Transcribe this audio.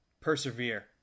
persevere